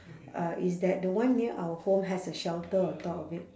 uh is that the one near our home has a shelter on top of it